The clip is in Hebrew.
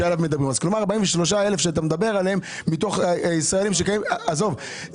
שאלו פה אם קיים רציונל אחר.